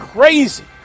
crazy